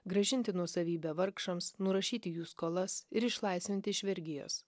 grąžinti nuosavybę vargšams nurašyti jų skolas ir išlaisvinti iš vergijos